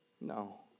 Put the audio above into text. no